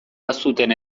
bazuten